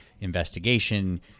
investigation